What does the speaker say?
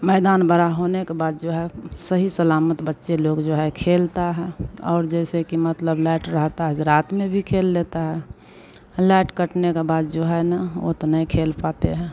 मैदान बड़ा होने के बाद जो है सही सलामत बच्चे लोग जो है खेलता है और जैसे कि मतलब लाएट रहता है रात में भी खेल लेता है लाएट कटने के बाद जो है ना वो तो नई खेल पाते हैं